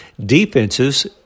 defenses